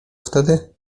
wtedy